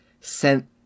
sent